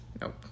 nope